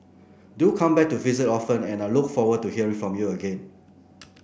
do come back to visit often and I look forward to hear from you again